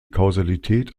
kausalität